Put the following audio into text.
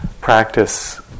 practice